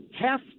half